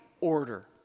order